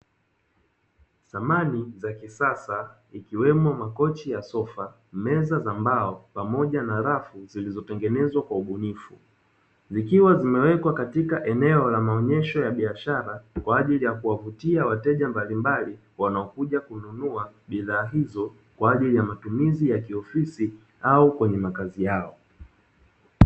Samani za kisasa ikiwemo makochi ya sofa, meza za mbao pamoja na rafu zilizotengenezwa kwa ubunifu, zikiwa zimewekwa katika eneo la maonyesho ya biashara kwa ajili ya kuvutia wateja mbalimbali wanaokuja kununua bidhaa hizo kwa ajili ya matumizi ya kiofisi au kwenye makazi yao.